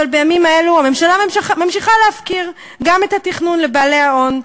אבל בימים האלה הממשלה ממשיכה להפקיר גם את התכנון לבעלי ההון,